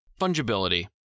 Fungibility